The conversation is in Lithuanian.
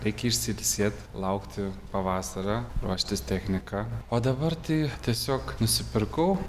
reikia išsiilsėt laukti pavasario ruoštis techniką o dabar tai tiesiog nusipirkau